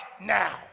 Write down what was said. now